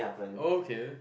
oh okay uh